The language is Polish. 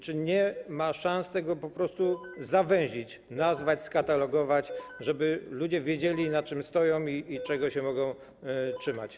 Czy nie ma szans tego po prostu zawęzić, nazwać, skatalogować, żeby ludzie wiedzieli, na czym stoją i czego się mogą trzymać?